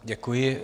Děkuji.